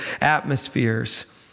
atmospheres